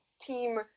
team